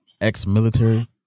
ex-military